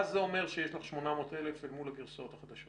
מה זה אומר שיש לך 800 אלף אל מול הגרסאות החדשות?